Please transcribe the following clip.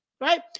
right